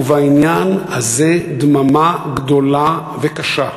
ובעניין הזה, דממה גדולה וקשה,